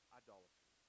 idolatry